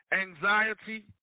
anxiety